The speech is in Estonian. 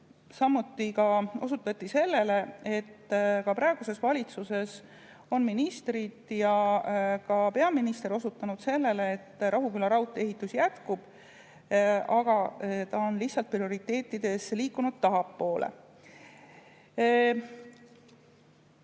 Samuti osutati sellele, et ka praeguses valitsuses on ministrid ja ka peaminister osutanud sellele, et Rohuküla raudtee ehitus jätkub, aga ta on prioriteetides liikunud lihtsalt